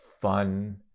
fun